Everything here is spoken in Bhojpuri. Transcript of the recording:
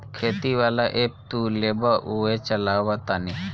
खेती वाला ऐप तू लेबऽ उहे चलावऽ तानी